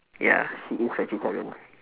ya she is vegetarian